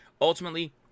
Ultimately